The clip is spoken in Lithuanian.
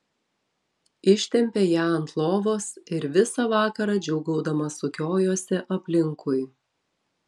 ištempė ją ant lovos ir visą vakarą džiūgaudama sukiojosi aplinkui